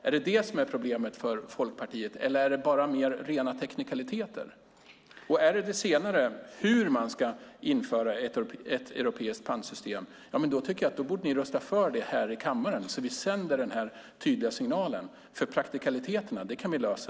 Är detta problemet för Folkpartiet, eller är det bara rena teknikaliteter som är problemet? Om det är det senare, hur man ska införa ett europeiskt pantsystem, tycker jag att ni borde rösta för detta här i kammaren, så att vi sänder en tydlig signal. Praktikaliteterna kan vi lösa.